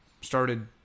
Started